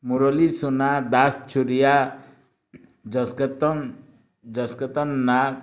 ମୂରଲୀ ସୁନା ଦାସ ଛୁରିଆ ଜସକେତନ୍ ଜସକେତନ୍ ନାକ୍